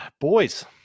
Boys